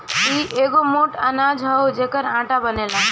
इ एगो मोट अनाज हअ जेकर आटा बनेला